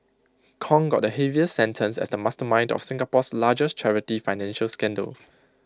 Kong got the heaviest sentence as the mastermind of Singapore's largest charity financial scandal